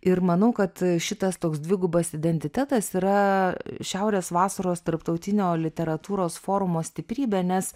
ir manau kad šitas toks dvigubas identitetas yra šiaurės vasaros tarptautinio literatūros forumo stiprybė nes